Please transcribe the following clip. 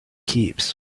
keeps